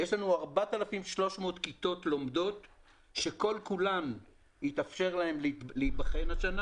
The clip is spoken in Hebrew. יש לנו 4,300 כיתות לומדים שלכולן יתאפשר להיבחן השנה